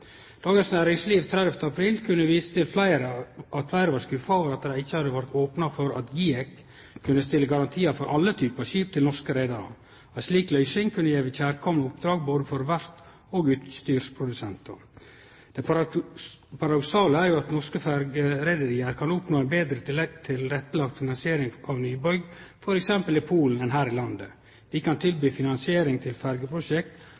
Dagens Næringsliv 30. april kunne vise til at fleire var skuffa over at det ikkje vart opna for at GIEK kunne stille garantiar for alle typar skip til norske reiarar. Ei slik løysing kunne gje kjærkomne oppdrag både til verft og utstyrsprodusentar. «Det paradoksale er jo at norske fergerederier kan oppnå en bedre tilrettelagt finansiering av nybygg for eksempel i Polen enn her i landet. Vi kan tilby finansiering til